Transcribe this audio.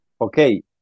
Okay